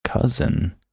cousin